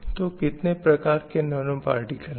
तो कितने प्रकार के नैनो पार्टिकल हैं